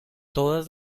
todas